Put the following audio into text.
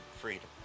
Freedom